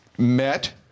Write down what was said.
met